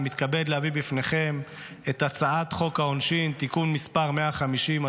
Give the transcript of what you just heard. אני מתכבד להביא בפניכם את הצעת חוק העונשין (תיקון מס' 150),